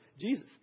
Jesus